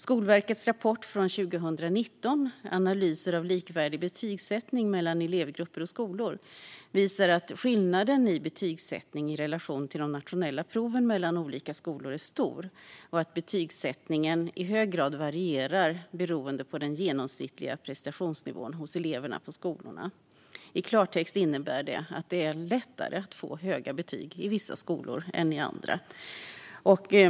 Skolverkets rapport från 2019, Analyser av likvärdig betygssättning mellan elevgrupper och skolor , visar att skillnaden i betygssättning i relation till de nationella proven mellan olika skolor är stor och att betygssättningen i hög grad varierar beroende på den genomsnittliga prestationsnivån hos eleverna på skolorna. I klartext innebär det att det är lättare att få höga betyg i vissa skolor än i andra.